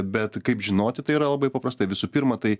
bet kaip žinoti tai yra labai paprastai visų pirma tai